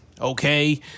okay